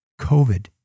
COVID